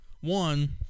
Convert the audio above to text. One